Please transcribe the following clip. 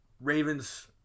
Ravens